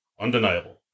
undeniable